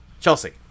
Chelsea